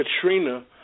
Katrina